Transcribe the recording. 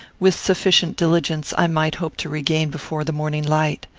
with sufficient diligence, i might hope to regain before the morning light.